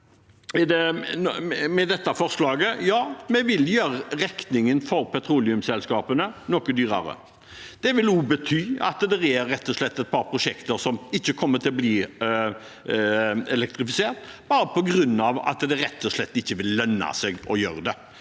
vil vi gjøre regningen for petroleumsselskapene noe dyrere. Det vil bety at det er et par prosjekter som ikke kommer til å bli elektrifisert, bare på grunn av at det rett og slett ikke vil lønne seg å gjøre det,